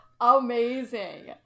amazing